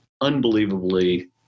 unbelievably